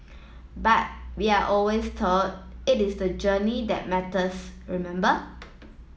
but we are always told it is the journey that matters remember